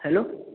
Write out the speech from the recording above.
hello